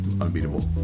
unbeatable